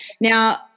Now